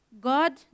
God